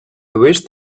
wished